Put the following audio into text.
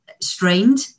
strained